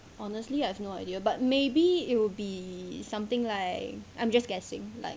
honestly I've no idea but maybe it will be something like I'm just guessing